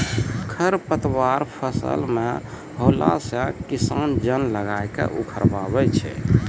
खरपतवार फसल मे अैला से किसान जन लगाय के उखड़बाय छै